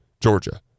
Georgia